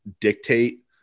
dictate